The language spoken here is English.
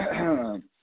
Okay